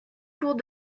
cours